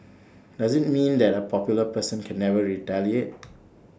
does IT mean that A popular person can never retaliate